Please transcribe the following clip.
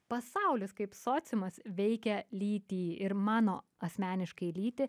pasaulis kaip sociumas veikia lytį ir mano asmeniškai lytį